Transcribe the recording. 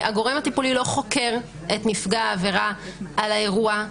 הגורם הטיפולי לא חוקר את נפגע העבירה על האירוע,